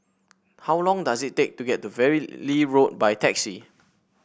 how long does it take to get to Valley Road by taxi